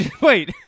wait